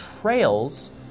TRAILS